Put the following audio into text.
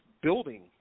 building